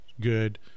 good